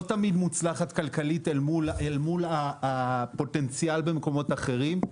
תמיד מוצלחת כלכלית מול הפוטנציאל במקומות אחרים.